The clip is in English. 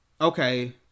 okay